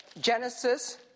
Genesis